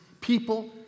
people